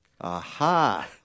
Aha